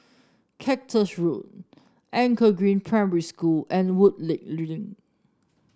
Cactus Road Anchor Green Primary School and Woodleigh Link